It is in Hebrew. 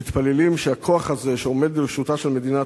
ומתפללים שהכוח הזה שעומד לרשותה של מדינת